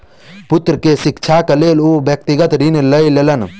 पुत्र के शिक्षाक लेल ओ व्यक्तिगत ऋण लय लेलैन